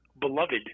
beloved